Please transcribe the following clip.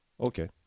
Okay